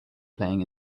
playing